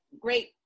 great